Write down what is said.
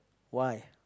why